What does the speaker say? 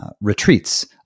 retreats